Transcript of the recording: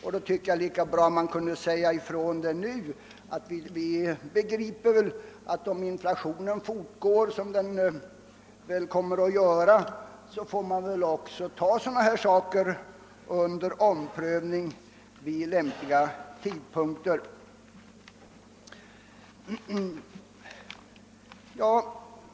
Därför tycker jag det vore lika bra att man kunde säga ifrån nu att vi begriper att man vid lämplig tidpunkt får ta också sådana saker under :omprövning, om inflationen fortgår, vilket den väl kommer att göra.